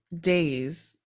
days